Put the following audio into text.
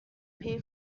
pay